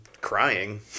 crying